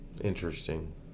Interesting